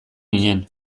ginen